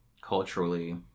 culturally